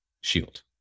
shield